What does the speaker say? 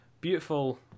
beautiful